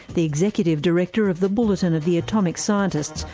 the executive director of the bulletin of the atomic scientists,